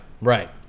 right